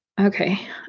Okay